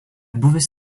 buvęs